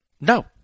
No